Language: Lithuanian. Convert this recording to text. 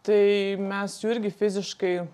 tai mes jų irgi fiziškai